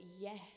yes